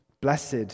Blessed